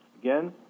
Again